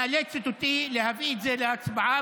מאלץ אותי להביא את זה להצבעה,